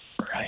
Right